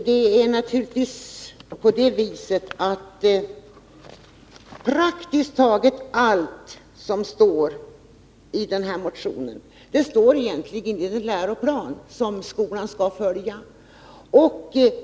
Herr talman! Praktiskt taget allt som står i motionen står egentligen också i den läroplan som skolan skall följa.